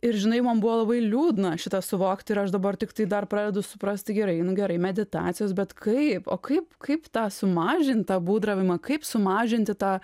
ir žinai man buvo labai liūdna šitą suvokt ir aš dabar tiktai dar pradedu suprast tai gerai nu gerai meditacijos bet kaip o kaip kaip tą sumažint tą būdravimą kaip sumažinti tą